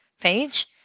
page